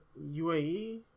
UAE